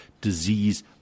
disease